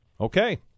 okay